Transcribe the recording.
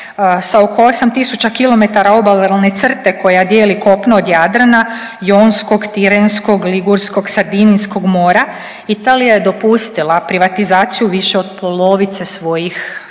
Sa oko 8000 kilometara obalne crte koja dijeli kopno od Jadrana Jonskog, Tirenskog, Ligurskog, Sardinijskog mora Italija je dopustila privatizaciju više od polovice svojih